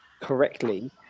correctly